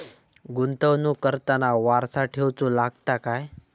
गुंतवणूक करताना वारसा ठेवचो लागता काय?